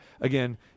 again